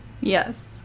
Yes